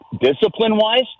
discipline-wise